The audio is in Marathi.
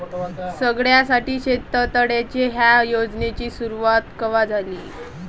सगळ्याइसाठी शेततळे ह्या योजनेची सुरुवात कवा झाली?